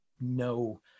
no